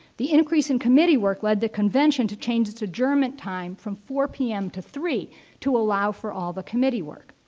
the increase in committee work led the convention to change its adjournment time from four p m. to three to allow for all the committee work.